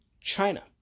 China